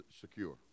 secure